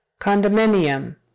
Condominium